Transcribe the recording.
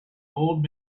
old